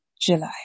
July